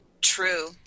True